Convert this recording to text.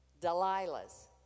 Delilah's